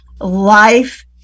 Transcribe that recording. life